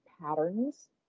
patterns